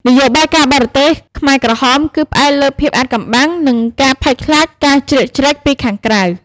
នយោបាយការបរទេសខ្មែរក្រហមគឺផ្អែកលើភាពអាថ៌កំបាំង និងការភ័យខ្លាចការជ្រៀតជ្រែកពីខាងក្រៅ។